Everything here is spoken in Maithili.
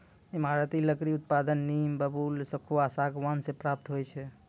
ईमारती लकड़ी उत्पादन नीम, बबूल, सखुआ, सागमान से प्राप्त होय छै